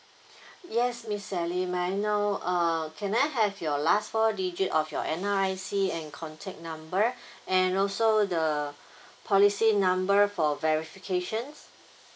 yes miss sally may I know uh can I have your last four digit of your N_R_I_C and contact number and also the policy number for verifications